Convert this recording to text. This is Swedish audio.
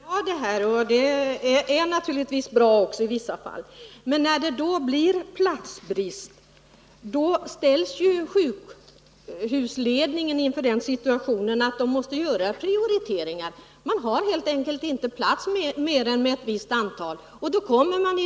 Herr talman! Det här låter naturligtvis mycket bra, och det är naturligtvis bra också i vissa fall. Men när det blir platsbrist, ställs ju sjukhusledningen i den situationen att den måste göra prioriteringar — man har helt enkelt inte mer än ett visst antal platser.